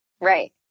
right